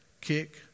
kick